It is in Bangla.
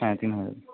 হ্যাঁ তিন হাজার